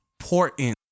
important